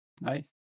Nice